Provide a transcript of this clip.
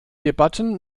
debatten